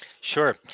Sure